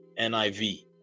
NIV